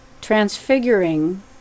transfiguring